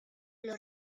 los